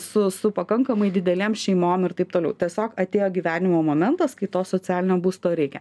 su su pakankamai didelėm šeimom ir taip toliau tiesiog atėjo gyvenimo momentas kai to socialinio būsto reikia